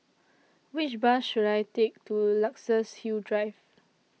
Which Bus should I Take to Luxus Hill Drive